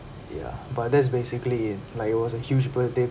yeah but that's basically it like it was a huge birthday